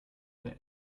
der